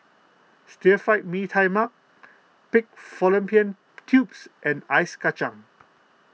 Stir Fried Mee Tai Mak Pig Fallopian Tubes and Ice Kacang